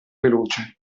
veloce